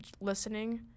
listening